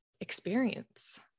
experience